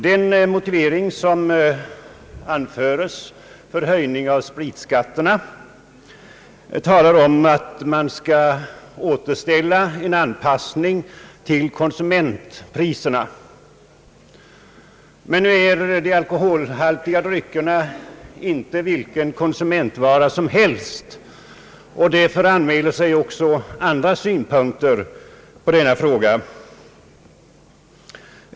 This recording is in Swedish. Den motivering som anföres för en höjning av spritskatterna talar om ett återställande av anpassningen till den allmänna konsumentprisnivån. Men nu är de alkoholhaltiga dryckerna inte vilken konsumtionsvara som helst, och därför anmäler sig också andra synpunkter på denna fråga.